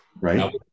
Right